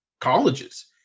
colleges